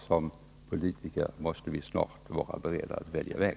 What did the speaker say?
Som politiker måste vi snart vara beredda att välja väg.